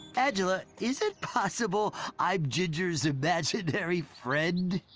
angela, is it possible i'm ginger's imaginary friend?